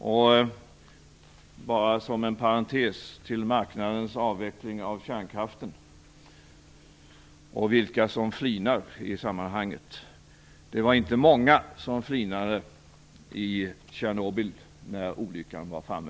Och till sist bara som en parentes till marknadens avveckling av kärnkraften när det gäller vilka som flinar i sammanhanget: Det var inte många som flinade i Tjernobyl när olyckan var framme.